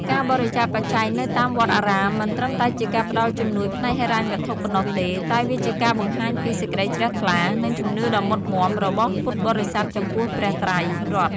ការបរិច្ចាគបច្ច័យនៅតាមវត្តអារាម មិនត្រឹមតែជាការផ្ដល់ជំនួយផ្នែកហិរញ្ញវត្ថុប៉ុណ្ណោះទេ តែវាជាការបង្ហាញពី សេចក្តីជ្រះថ្លា និង ជំនឿដ៏មុតមាំ របស់ពុទ្ធបរិស័ទចំពោះព្រះត្រៃរតន៍។